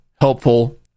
helpful